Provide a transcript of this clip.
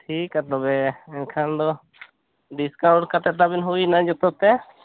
ᱴᱷᱤᱠᱟ ᱛᱚᱵᱮ ᱮᱱᱠᱷᱟᱱ ᱫᱚ ᱰᱤᱥᱠᱟᱭᱩᱱᱴ ᱠᱟᱛᱮᱫ ᱛᱟᱵᱮᱱ ᱦᱩᱭ ᱮᱱᱟ ᱡᱚᱛᱚ ᱛᱮ